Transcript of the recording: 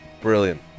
brilliant